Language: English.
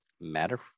Matter